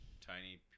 tiny